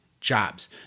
jobs